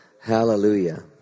hallelujah